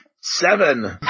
Seven